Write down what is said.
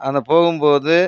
அதில் போகும் போது